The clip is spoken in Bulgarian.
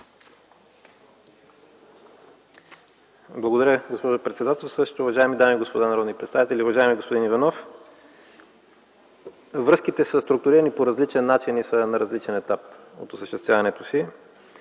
Благодаря, госпожо председателстващ. Уважаеми дами и господа народни представители! Уважаеми господин Иванов, връзките са структурирани по различен начин и са на различен етап на осъществяването си.